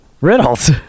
riddles